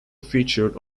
featured